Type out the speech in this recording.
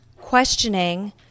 questioning